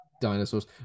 dinosaurs